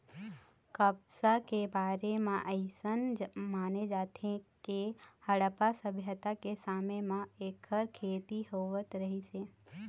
कपसा के बारे म अइसन माने जाथे के हड़प्पा सभ्यता के समे म एखर खेती होवत रहिस हे